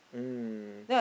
mm